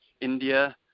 India